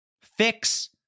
fix